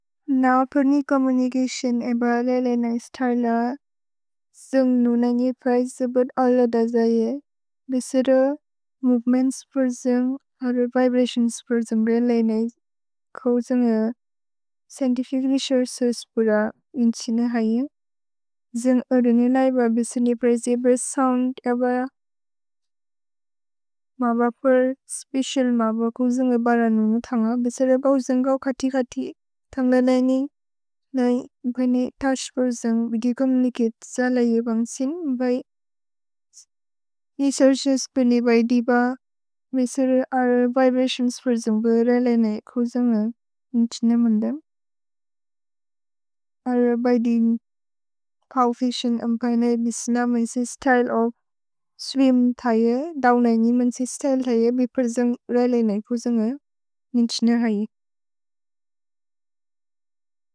नापुर् नि चोम्मुनिचतिओन् एब लेलेनेइ स्तर्ल। जुन्ग् नुननि प्रएस् जुबुर् अल द जये। भेसेदो, मोवेमेन्त्स् पुर् जुन्ग्, अलुर् विब्रतिओन्स् पुर् जुन्ग् लेलेनेइ। कौ जुन्ग् ए स्चिएन्तिफिच् रेसोउर्चेस् पुर युन्छिने हयु। जुन्ग् ओरु निल एब बेसेदो नि प्रएस् एब सोउन्द् एब। मबपुर् स्पेचिअल् मबपुर् जुन्ग् ए बर नुनु थन्ग। भेसेदो, बौ जुन्ग् गो कति कति थन्ग लेलेनेइ। नैपुर् नि तोउछ् पुर् जुन्ग्। भिगे चोम्मुनिचतेस् अल एबन्ग् सिन्। रेसोउर्चेस् पुर् नेब एब। भेसेदो, अलुर् विब्रतिओन्स् पुर् जुन्ग्। लेलेनेइ। कौ जुन्ग् ए युन्छिने मुन्दुम्। अलुर् बिन्दिन्ग् चोएफ्फिचिएन्त्। भेसेदो, नापुर् सि स्त्य्ले ओफ् स्विम् थये। दौनेनेइ। निमन् सि स्त्य्ले थये। भि पुर् जुन्ग् लेलेनेइ। कौ जुन्ग् ए युन्छिने हयु।